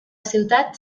ciutat